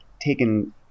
taken